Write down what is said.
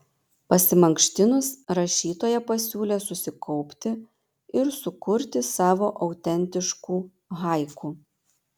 pasimankštinus rašytoja pasiūlė susikaupti ir sukurti savo autentiškų haiku